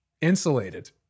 insulated